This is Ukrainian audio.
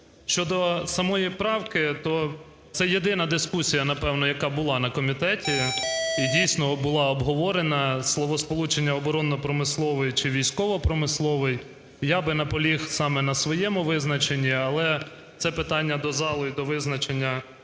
Щодо самої правки, то це єдина дискусія, напевно, яка була на комітеті і, дійсно, була обговорена. Словосполучення "оборонно-промисловий" чи "військово-промисловий", я би наполіг саме на своєму визначенні, але це питання до залу і до визначення